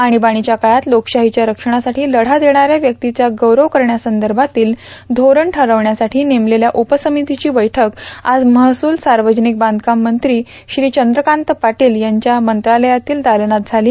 आणीबाणीच्या काळात लोकशाहीच्या रक्षणासाठी लढा देणाऱ्या व्यक्तीच्या गौरव करण्यासंदर्भातील धोरण ठरविण्यासाठी नेमलेल्या उपसमितीची बैठक आज महसूल सार्वजनिक बांधकाम मंत्री श्री चंद्रकांत पाटील यांच्या मंत्रालयातील दालनात झाली